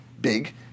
big